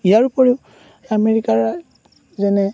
ইয়াৰ ওপৰিও আমেৰিকাৰ যেনে